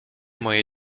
moje